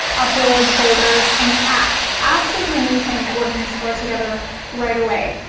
uploads, folders and apps. apps is the new thing that we're gonna explore together right away.